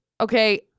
okay